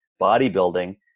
bodybuilding